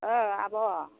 औ आब'